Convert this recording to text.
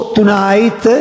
tonight